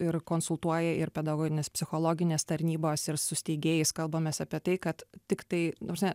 ir konsultuoja ir pedagoginės psichologinės tarnybos ir su steigėjais kalbamės apie tai kad tiktai ta prasme